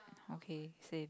okay same